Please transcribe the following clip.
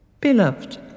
Beloved